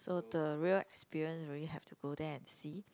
so the real experience really have to go there and see